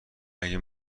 اگه